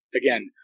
again